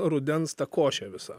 rudens ta košė visa